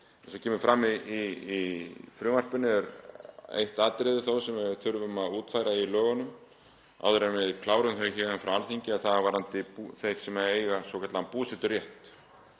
Eins og kemur fram í frumvarpinu er eitt atriði þó sem við þurfum að útfæra í lögunum áður en við klárum þau héðan frá Alþingi, það varðar þá sem eiga svokallaðan búseturétt,